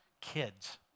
Kids